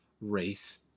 race